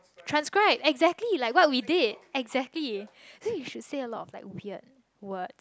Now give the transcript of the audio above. transcribe exactly like we what did exactly then you should say a lot like weird words